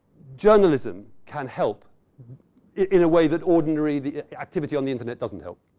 journalism can help in a way that ordinarily the activity on the internet doesn't help.